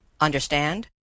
Understand